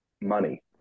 money